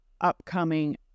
upcoming